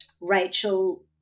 Rachel